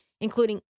including